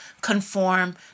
conform